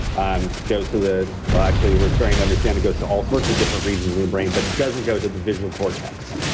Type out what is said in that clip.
goes to the. well actually, we're starting to understand it goes to all sorts of different regions of the brain, but it doesn't go to the visual cortex.